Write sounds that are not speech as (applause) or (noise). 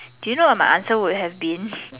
do you know what my answer would have been (noise)